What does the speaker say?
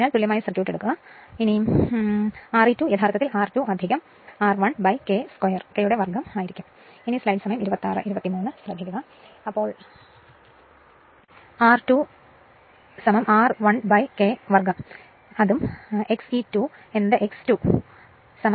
അതിനാൽ തുല്യമായ സർക്യൂട്ട് എടുക്കുക ഈ 1 ലേക്ക് റഫറർ ചെയ്യുക തുടർന്ന് Re2 യഥാർത്ഥത്തിൽ R2 R1 K 2 ആയിരിക്കും അതിനാൽ R2 R1 k 2 ഉം XE2 ഉം X2 X 1 K 2 ആണ്